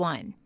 One